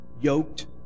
yoked